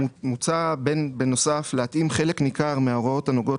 בנוסף מוצע להתאים חלק ניכר מההוראות הנוגעות